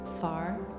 Far